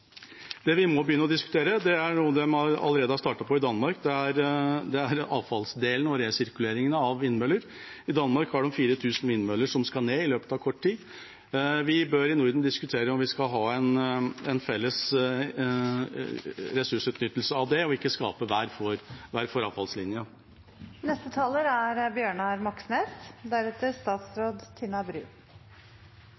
Det vi må begynne å diskutere, er noe de allerede har startet med i Danmark, og det er avfallsdelen og resirkulering av vindmøller. I Danmark har de 4 000 vindmøller som skal ned i løpet av kort tid. Vi i Norden bør diskutere om vi skal ha en felles ressursutnyttelse av det og ikke skape hver vår avfallslinje. Det blåser en motvind landet rundt mot vindkraftindustrien. Det er